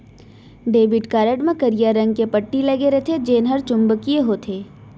debit card म करिया रंग के पट्टी लगे रथे जेन हर चुंबकीय होथे